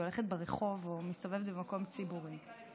הולכת ברחוב או מסתובבת במקום ציבורי.